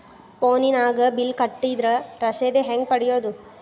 ಫೋನಿನಾಗ ಬಿಲ್ ಕಟ್ಟದ್ರ ರಶೇದಿ ಹೆಂಗ್ ಪಡೆಯೋದು?